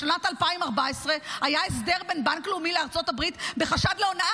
בשנת 2014 היה הסדר בין בנק לאומי לארצות הברית בחשד להונאת